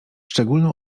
szczególną